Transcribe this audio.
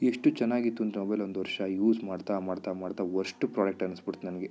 ಎಷ್ಟು ಚೆನ್ನಾಗಿತ್ತು ಅಂದರೆ ಮೊಬೈಲ್ ಒಂದು ವರ್ಷ ಯೂಸ್ ಮಾಡ್ತಾ ಮಾಡ್ತಾ ಮಾಡ್ತಾ ವರ್ಷ್ಟು ಪ್ರೋಡಕ್ಟ್ ಅನಿಸ್ಬಿಡ್ತು ನನಗೆ